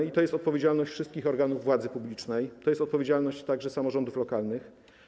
I to jest odpowiedzialność wszystkich organów władzy publicznej, to jest odpowiedzialność także samorządów lokalnych.